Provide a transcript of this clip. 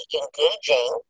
engaging